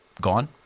gone